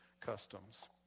customs